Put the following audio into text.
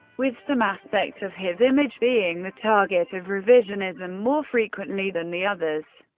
with some aspects of his image being the target of revisionism more frequently than the others.